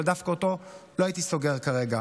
אבל דווקא אותו לא הייתי סוגר כרגע.